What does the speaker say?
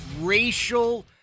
Racial